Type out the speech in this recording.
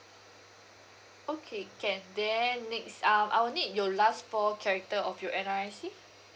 okay can then next um I will need your last four character of your N_R_I_C